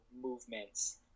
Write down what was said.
movements